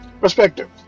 perspective